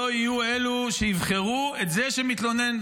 לא יהיו אלו שיבחרו את זה שמתלונן,